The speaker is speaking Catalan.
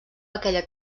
aquella